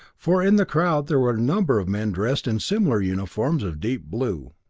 for in the crowd there were a number of men dressed in similar uniforms of deep blue.